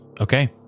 Okay